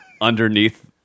underneath